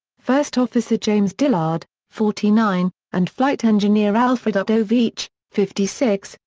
first officer james dillard, forty nine, and flight engineer alfred ah udovich, fifty six,